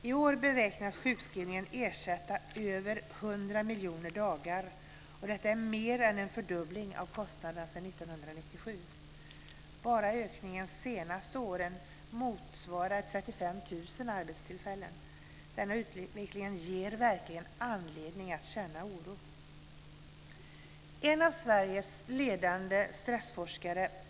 I år beräknas sjukförsäkringen ersätta kostnaden för över 100 miljoner sjukskrivningsdagar, och detta är mer än en fördubbling av kostnaderna sedan 1997. Bara ökningen det senaste året motsvarar 35 000 arbetstillfällen. Denna utveckling ger verkligen anledning att känna oro.